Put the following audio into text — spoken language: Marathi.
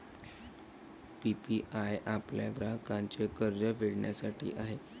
पी.पी.आय आपल्या ग्राहकांचे कर्ज फेडण्यासाठी आहे